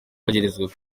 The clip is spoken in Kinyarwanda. bagerageza